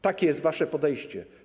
Takie jest wasze podejście.